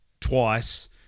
twice